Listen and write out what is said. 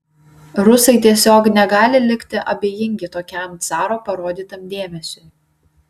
rusai tiesiog negali likti abejingi tokiam caro parodytam dėmesiui